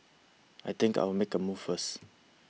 I think I'll make a move first